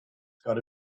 gotta